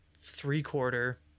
three-quarter